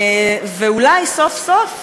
ואולי סוף-סוף,